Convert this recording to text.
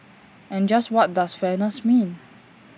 and just what does fairness mean